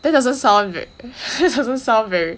that doesn't sound ver~ that doesn't sound very